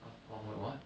!huh! orh wait what